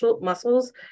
muscles